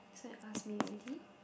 this one you asked me already